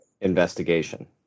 investigation